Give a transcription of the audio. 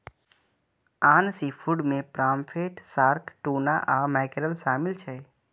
आन सीफूड मे pomfret, shark, tuna आ मैकेरल शामिल छै